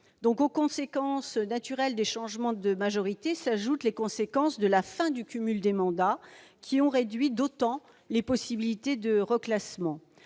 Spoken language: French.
Sénat. Aux conséquences naturelles des changements de majorité s'ajoutent les conséquences de la fin du cumul des mandats, qui a réduit d'autant les possibilités de reclassement.